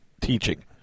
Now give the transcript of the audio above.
teaching